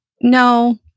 no